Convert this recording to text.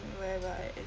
whereby